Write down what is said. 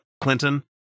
Clinton